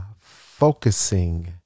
focusing